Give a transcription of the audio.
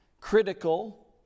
critical